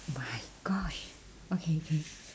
my gosh okay okay